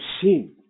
sin